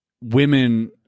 women